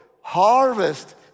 Harvest